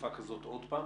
לתקופה כזאת עוד פעם,